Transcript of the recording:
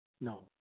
No